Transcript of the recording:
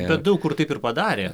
bet daug kur taip ir padarė